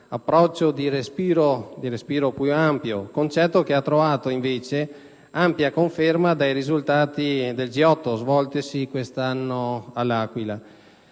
approccio di respiro più ampio, concetto che ha trovato contrario ampia conferma nei risultati del vertice G8 svoltosi quest'anno all'Aquila,